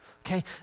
Okay